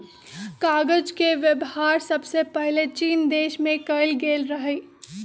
कागज के वेबहार सबसे पहिले चीन देश में कएल गेल रहइ